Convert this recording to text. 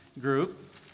group